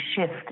shift